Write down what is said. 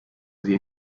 sie